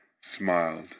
smiled